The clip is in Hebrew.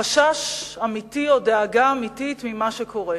חשש אמיתי או דאגה אמיתית ממה שקורה.